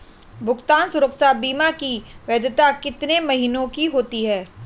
भुगतान सुरक्षा बीमा की वैधता कितने महीनों की होती है?